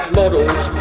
models